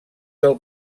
del